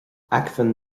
acmhainn